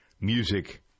music